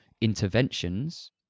interventions